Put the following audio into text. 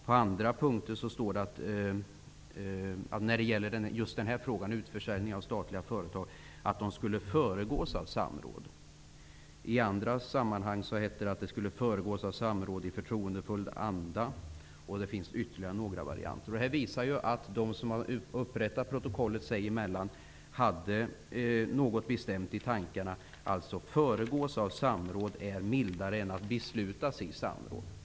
På andra punkter, när det t.ex. gäller utförsäljning av statliga företag, sägs att de skall föregås av samråd. I andra sammanhang hette det att det skulle föregås av samråd i förtroendefull anda. Det finns ytterligare några varianter. Det visar att de som har upprättat protokollet hade något bestämt i tankarna. ''Föregås av samråd'' är mildare än ''beslutas i samråd''.